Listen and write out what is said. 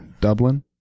Dublin